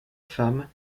femme